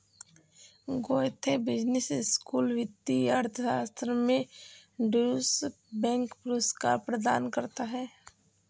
Goethe business school वित्तीय अर्थशास्त्र में ड्यूश बैंक पुरस्कार प्रदान करता है